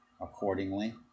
accordingly